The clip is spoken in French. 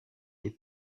les